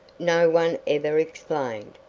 no one ever explained.